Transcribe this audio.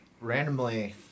randomly